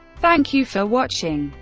thank you for watching.